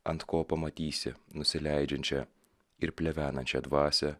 ant ko pamatysi nusileidžiančią ir plevenančią dvasią